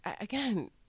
again